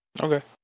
Okay